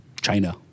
China